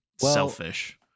selfish